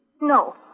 No